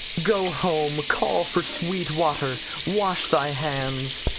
go home, call for sweet water, wash thy hands.